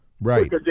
Right